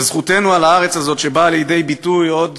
זכותנו על הארץ הזאת, שבאה לידי ביטוי עוד